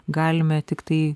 galime tiktai